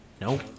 No